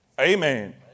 Amen